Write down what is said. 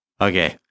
Okay